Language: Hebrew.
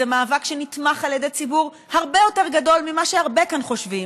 זה מאבק שנתמך על ידי ציבור הרבה יותר גדול ממה שהרבה כאן חושבים,